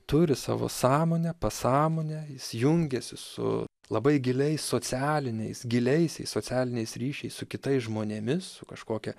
turi savo sąmonę pasąmonę jis jungiasi su labai giliais socialiniais giliaisiais socialiniais ryšiais su kitais žmonėmis kažkokia